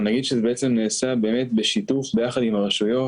נגיד שזה בעצם נעשה באמת בשיתוף ביחד עם הרשויות.